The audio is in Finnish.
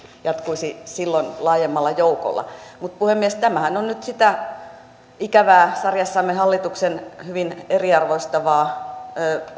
jatkuisi silloin laajemmalla joukolla mutta puhemies tämähän on nyt sitä ikävää sarjassamme hallituksen hyvin eriarvoistavaa